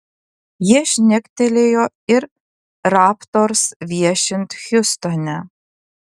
jie šnektelėjo ir raptors viešint hjustone